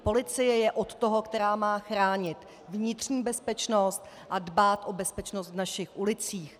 Policie je od toho, která má chránit vnitřní bezpečnost a dbát o bezpečnost v našich ulicích.